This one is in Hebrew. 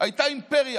הייתה אימפריה